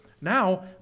Now